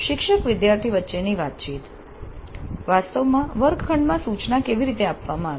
શિક્ષક વિદ્યાર્થી વચ્ચેની વાતચીત વાસ્તવમાં વર્ગખંડમાં સૂચના કેવી રીતે આપવામાં આવી